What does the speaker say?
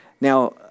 Now